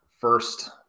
first